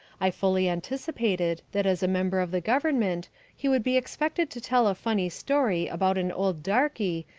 i fully anticipated that as a member of the government he would be expected to tell a funny story about an old darky,